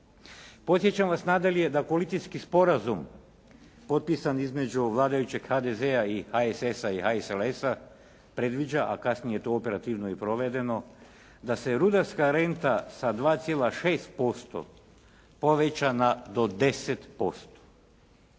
Podsjećam vas nadalje da politički sporazum potpisan između vladajućeg HDZ-a i HSS-a i HSLS-a predviđa, a kasnije je to operativno i provedeno da se rudarska renta sa 2,6% poveća na do 10%.